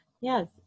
yes